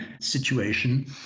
situation